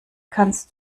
kannst